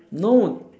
no